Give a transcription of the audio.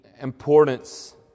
importance